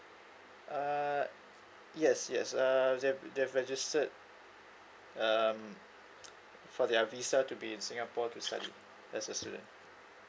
uh yes yes uh they've they have registered um for their visa to be in singapore to such as a student